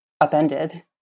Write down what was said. upended